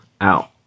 Out